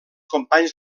companys